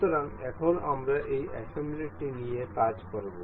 সুতরাং এখন আমরা এই অ্যাসেম্বলি টি নিয়ে কাজ করব